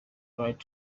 donald